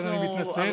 אני מתנצל.